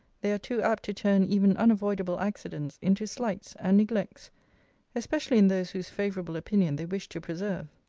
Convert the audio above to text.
they are too apt to turn even unavoidable accidents into slights and neglects especially in those whose favourable opinion they wish to preserve.